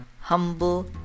humble